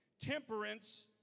Temperance